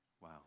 Wow